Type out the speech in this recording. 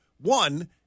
One